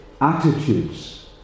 attitudes